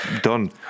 done